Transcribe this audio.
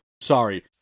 Sorry